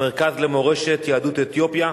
המרכז למורשת יהדות אתיופיה.